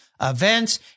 events